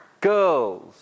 girls